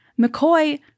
McCoy